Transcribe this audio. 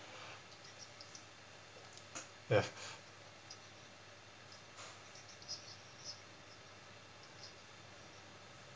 ya